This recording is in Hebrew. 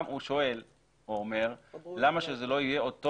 הוא שואל או אומר למה שזה לא יהיה אותו